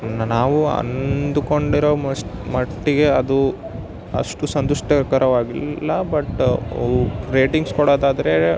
ನಾವು ಅಂದುಕೊಂಡಿರೋ ಮಷ್ಟ್ ಮಟ್ಟಿಗೆ ಅದು ಅಷ್ಟು ಸಂತುಷ್ಟಕರವಾಗಿಲ್ಲ ಬಟ್ ವು ರೇಟಿಂಗ್ಸ್ ಕೊಡೋದಾದರೆ